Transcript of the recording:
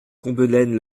combelaine